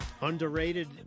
Underrated